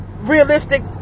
realistic